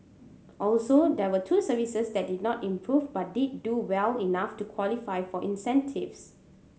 also there were two services that did not improve but did do well enough to qualify for incentives